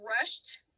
rushed